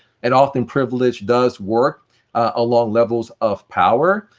and often privilege does work along levels of power.